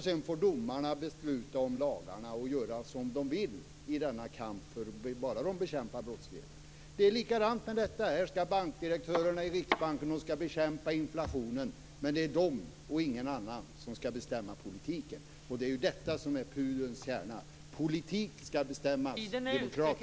Sedan får domarna besluta om lagarna och göra som de vill i denna kamp, bara de bekämpar brottsligheten. Det är likadant med detta. Här skall bankdirektörerna i Riksbanken bekämpa inflationen. De är de och ingen annan som skall bestämma politiken. Det är detta som är pudelns kärna. Politik skall bestämmas demokratiskt.